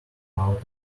out